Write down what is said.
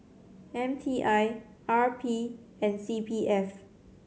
M T I R P and C P F